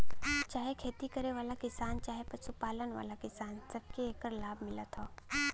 चाहे खेती करे वाला किसान चहे पशु पालन वाला किसान, सबके एकर लाभ मिलत हौ